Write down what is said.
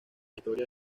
historia